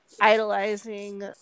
idolizing